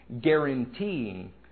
guaranteeing